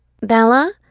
Bella